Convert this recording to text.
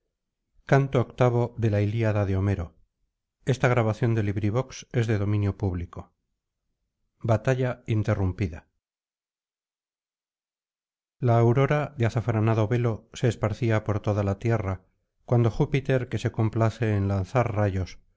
la aurora de azafranado velo se esparcía por toda la tierra cuando júpiter que se complace en lanzar rayos